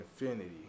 Infinity